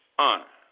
honor